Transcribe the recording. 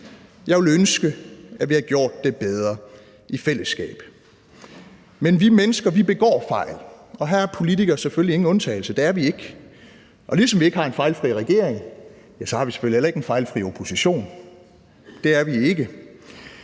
Jeg ville ønske, vi havde gjort det bedre i fællesskab. Kl. 19:06 Men vi mennesker begår fejl, og her er politikere selvfølgelig ingen undtagelse – det er vi ikke. Og ligesom vi ikke har en fejlfri regering, har vi selvfølgelig heller ikke en fejlfri opposition. Det er vi ikke.